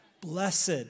Blessed